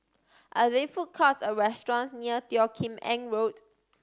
are there food courts or restaurants near Teo Kim Eng Road